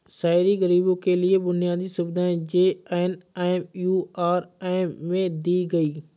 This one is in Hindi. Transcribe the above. शहरी गरीबों के लिए बुनियादी सुविधाएं जे.एन.एम.यू.आर.एम में दी गई